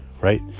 right